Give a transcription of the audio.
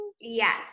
Yes